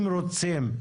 אם רוצים,